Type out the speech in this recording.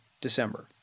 December